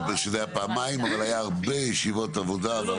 הבנתי פעמיים, אבל היו הרבה ישיבות עבודה.